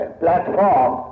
platform